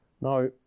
Now